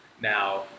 Now